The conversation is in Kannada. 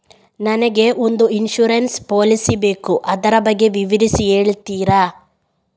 ನನಗೆ ಒಂದು ಇನ್ಸೂರೆನ್ಸ್ ಪಾಲಿಸಿ ಬೇಕು ಅದರ ಬಗ್ಗೆ ವಿವರಿಸಿ ಹೇಳುತ್ತೀರಾ?